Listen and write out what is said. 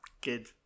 good